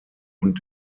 und